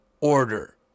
order